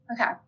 Okay